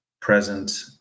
present